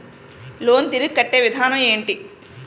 Loan తిరిగి కట్టే విధానం ఎంటి?